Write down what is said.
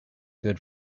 good